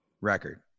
record